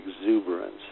exuberance